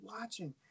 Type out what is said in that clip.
watching